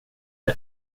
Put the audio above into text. jag